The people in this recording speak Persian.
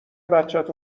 بچت